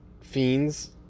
fiends